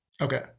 Okay